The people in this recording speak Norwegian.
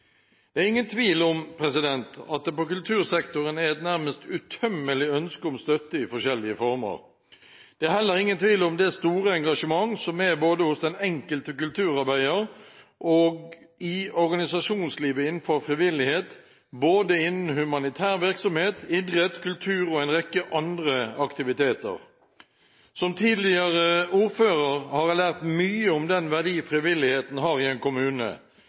Det er ingen tvil om at det på kultursektoren er et nærmest utømmelig ønske om støtte i forskjellige former. Det er heller ingen tvil om det store engasjementet som er hos den enkelte kulturarbeider og i organisasjonslivet innenfor frivillighet både innen humanitær virksomhet, idrett, kultur og en rekke andre aktiviteter. Som tidligere ordfører har jeg lært mye om den verdi frivilligheten har i en kommune: